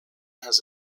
has